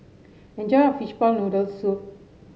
enjoy your Fishball Noodle Soup